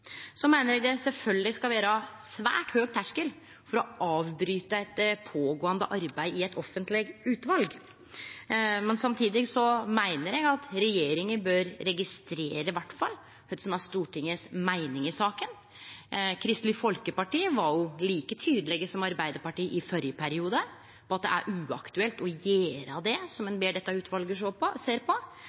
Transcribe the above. Så meiner eg det sjølvsagt skal vere svært høg terskel for å avbryte eit pågåande arbeid i eit offentleg utval, men samtidig meiner eg at regjeringa bør registrere i alle fall det som er Stortingets meining i saka. Kristeleg Folkeparti var like tydelege som Arbeidarpartiet i førre periode på at det er uaktuelt å gjere det som ein ber dette utvalet sjå på,